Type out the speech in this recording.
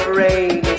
rain